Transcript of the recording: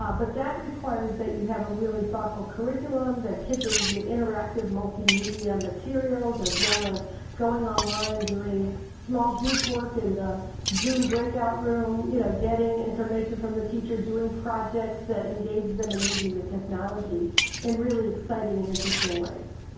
ah but that requires that you have a really thoughtful curriculum, that kids are using interactive multimedia materials as well as going online, doing small group work in the zoom breakout room. you know, getting information from the teacher, doing projects that engage them in using the technology in really exciting and interesting ways.